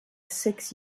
six